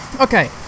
Okay